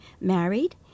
married